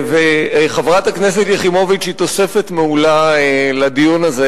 חברת הכנסת יחימוביץ היא תוספת מעולה לדיון הזה,